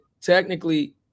Technically